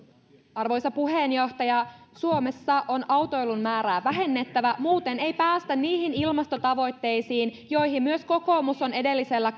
arvoisa puheenjohtaja suomessa on autoilun määrää vähennettävä muuten ei päästä niihin ilmastotavoitteisiin joihin myös kokoomus on edellisellä